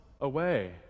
away